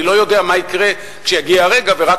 אני לא יודע מה יקרה כשיגיע הרגע ורק